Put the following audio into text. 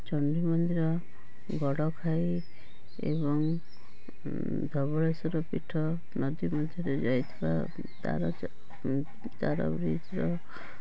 ଚଣ୍ଡୀ ମନ୍ଦିର ଗଡ଼ଖାଇ ଏବଂ ଧବଳେଶ୍ଵର ପୀଠ ନଦୀ ମଧ୍ୟରେ ଯାଇଥିବା ତାର ଚ ତାର ବ୍ରିଜର